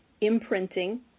imprinting